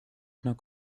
knock